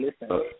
listen